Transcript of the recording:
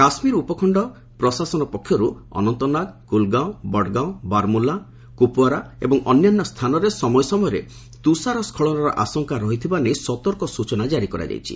କାଶ୍ମୀର ଉପଖଣ୍ଡ ପ୍ରଶାସନ ପକ୍ଷରୁ ଅନନ୍ତନାଗ କୁଲୁଗାଁଓ ବଡଗାଁଓ ବାରମୁଲା କୁପୁୱାରା ଏବଂ ଅନ୍ୟାନ୍ୟ ସ୍ଥାନରେ ସମୟ ସମୟରେ ତୁଷାର ସ୍କଳନର ଆଶଙ୍କା ରହିଥିବା ନେଇ ସତର୍କ ସୂଚନା ଜାରି କରାଯାଇଛି